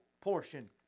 portion